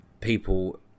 People